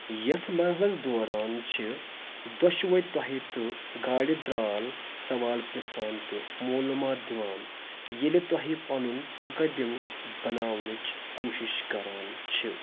یتھ مرحلس دوران چھِ دۄشوے تۄہہِ تہٕ گاڑِ درٛال سوال پرژھان تہٕ معلوٗمات دِوان ییٚلہِ تۄہہِ پنُن مُقَدِمہٕ بناونٕچ کوٗشِش کران چھِو